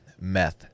meth